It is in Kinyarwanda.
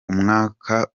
umwaka